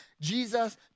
Jesus